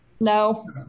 No